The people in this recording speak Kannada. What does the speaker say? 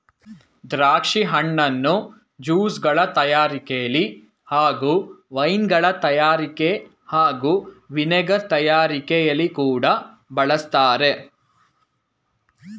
ದ್ರಾಕ್ಷಿ ಹಣ್ಣನ್ನು ಜ್ಯೂಸ್ಗಳ ತಯಾರಿಕೆಲಿ ಹಾಗೂ ವೈನ್ಗಳ ತಯಾರಿಕೆ ಹಾಗೂ ವಿನೆಗರ್ ತಯಾರಿಕೆಲಿ ಕೂಡ ಬಳಸ್ತಾರೆ